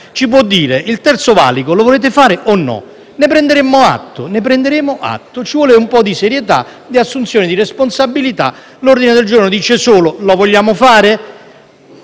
ci può dire se il terzo valico lo volete fare oppure no? Ne prenderemo atto. Ci vuole un po’ di serietà e di assunzione di responsabilità. L’ordine del giorno dice solo: lo vogliamo fare?